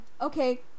Okay